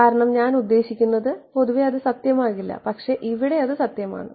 കാരണം ഞാൻ ഉദ്ദേശിക്കുന്നത് പൊതുവേ അത് സത്യമാകില്ല പക്ഷേ ഇവിടെ അത് സത്യമാണ്